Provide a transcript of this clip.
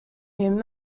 him